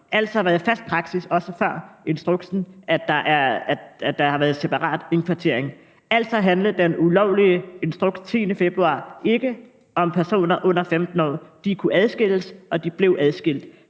altså været fast praksis, også før instruksen, at der har været separat indkvartering. Altså handlede den ulovlige instruks den 10. februar ikke om personer under 15 år. De kunne adskilles, og de blev adskilt.